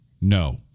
no